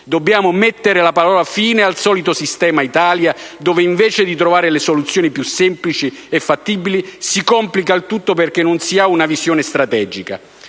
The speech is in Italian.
Dobbiamo mettere la parola fine al solito sistema Italia, dove, invece di trovare le soluzioni più semplici e fattibili, si complica tutto perché non si ha una visione strategica.